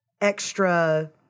extra